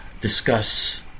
discuss